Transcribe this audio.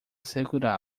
segurá